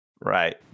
right